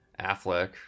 Affleck